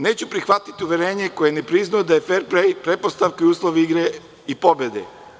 Neću prihvatiti uverenje kojim bi priznao da je fer plej pretpostavka i uslov igre i pobede.